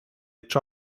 each